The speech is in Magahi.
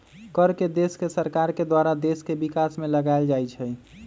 कर के देश के सरकार के द्वारा देश के विकास में लगाएल जाइ छइ